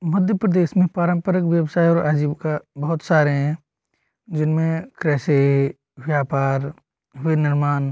मध्य प्रदेश में पारंपरिक व्यवसाय और आजीविका बहोत सारे हैं जिनमें कैसे व्यापार विनिर्माण